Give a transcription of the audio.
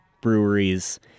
breweries